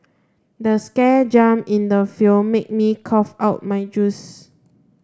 the scare jump in the film made me cough out my juice